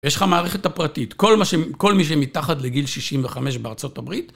יש לך מערכת הפרטית, כל מי שמתחת לגיל 65 בארה״ב.